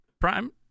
Prime